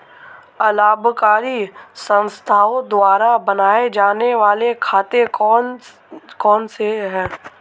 अलाभकारी संस्थाओं द्वारा बनाए जाने वाले खाते कौन कौनसे हैं?